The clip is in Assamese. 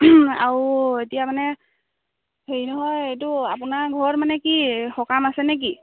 আৰু এতিয়া মানে হেৰি নহয় এইটো আপোনাৰ ঘৰত মানে কি সকাম আছে নেকি